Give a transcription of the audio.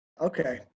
Okay